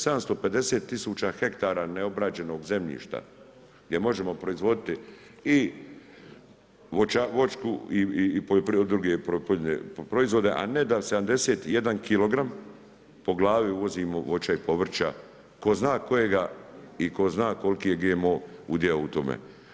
750.000 hektara neobrađenog zemljišta gdje možemo proizvoditi i voćku i druge poljoprivredne proizvode, a ne da 71 kg po glavi uvozimo voća i povrća tko zna kojega i tko zna koliki je GMO udio u tome.